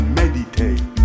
meditate